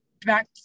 back